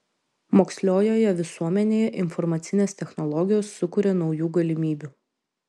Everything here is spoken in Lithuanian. moksliojoje visuomenėje informacinės technologijos sukuria naujų galimybių